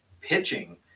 pitching